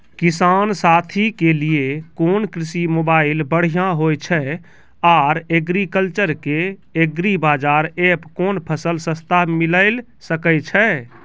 किसान साथी के लिए कोन कृषि मोबाइल बढ़िया होय छै आर एग्रीकल्चर के एग्रीबाजार एप कोन फसल सस्ता मिलैल सकै छै?